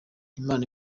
imana